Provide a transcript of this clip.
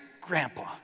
grandpa